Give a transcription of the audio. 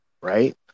Right